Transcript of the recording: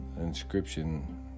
inscription